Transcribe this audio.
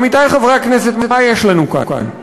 עמיתי חברי הכנסת, מה יש לנו כאן?